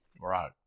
right